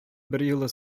берьюлы